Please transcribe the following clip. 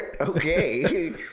Okay